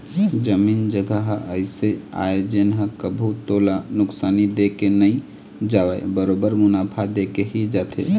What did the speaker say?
जमीन जघा ह अइसे आय जेन ह कभू तोला नुकसानी दे के नई जावय बरोबर मुनाफा देके ही जाथे